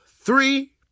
three